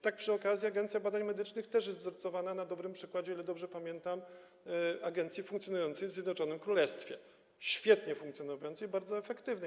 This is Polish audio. Tak przy okazji: Agencja Badań Medycznych też jest wzorowana na dobrym przykładzie, o ile dobrze pamiętam, agencji funkcjonującej w Zjednoczonym Królestwie, świetnie funkcjonującej i bardzo efektywnej.